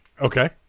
Okay